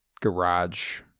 garage